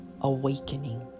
awakening